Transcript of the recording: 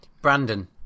Brandon